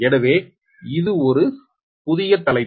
எனவே இது ஒரு புதிய தலைப்பு